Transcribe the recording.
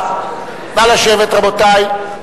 נא לשבת, רבותי.